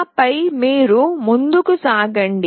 ఆపై మీరు ముందుకు సాగండి